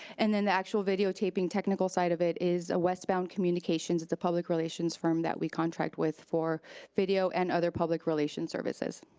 and then the actual video taping, technical side of it is a west bound communications. it's a public relations firm that we contract with for video and other public relation services.